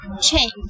change